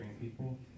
people